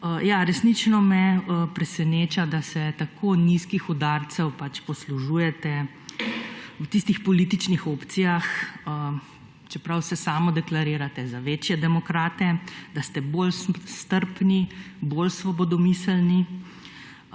resnično me preseneča, da se tako nizkih udarcev pač poslužujete v tistih političnih opcijah, čeprav se samodeklarirate za večje demokrate, da ste bolj strpni, bolj svobodomiselni,